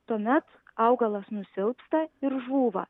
tuomet augalas nusilpsta ir žūva